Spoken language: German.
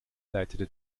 leitete